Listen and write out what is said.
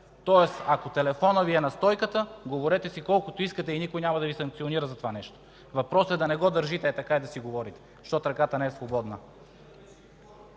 Тоест, ако телефонът Ви е на стойката, говорете си колкото искате и никой няма да Ви санкционира за това нещо. Въпросът е да не го държите и да си говорите, защото ръката не е свободна.